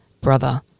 brother